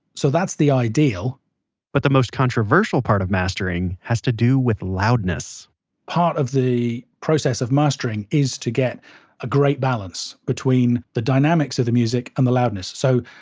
so that's the ideal but the most controversial part of mastering has to do with loudness part of the process of mastering is to get a great balance between the dynamics of the music and the loudness. so,